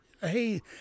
hey